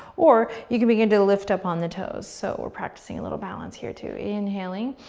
or you can begin to lift up on the toes. so we're practicing a little balance here, too, inhaling.